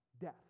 death